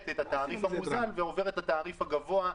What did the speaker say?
את התעריף המוזל ועוברת את התעריף הגבוה,